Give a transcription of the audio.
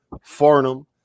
Farnham